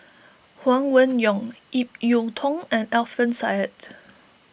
Huang Wenhong Ip Yiu Tung and Alfian Sa'At